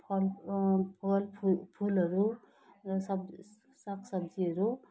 फल फल फुल फुलहरू र सब सागसब्जीहरू